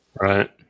Right